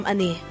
Ani